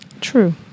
True